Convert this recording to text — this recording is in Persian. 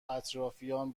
اطرافیان